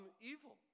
evil